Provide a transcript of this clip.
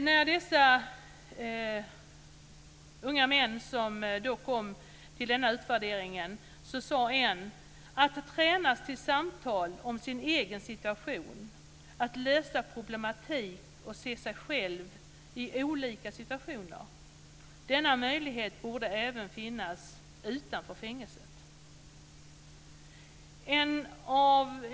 En av de unga männen som deltog i utvärderingen sade: Att tränas till samtal om sin egen situation, att lösa problematik och se sig själv i olika situationer - denna möjlighet borde finnas även utanför fängelset.